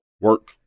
Work